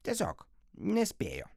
tiesiog nespėjo